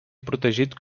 protegit